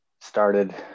started